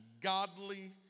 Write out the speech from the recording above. Godly